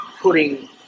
putting